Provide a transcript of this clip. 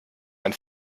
ein